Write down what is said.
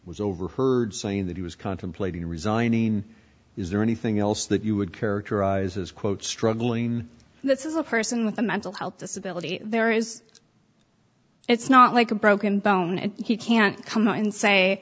was overheard saying that he was contemplating resigning is there anything else that you would characterize as quote struggling this is a person with a mental health disability there is it's not like a broken bone and he can't come out and say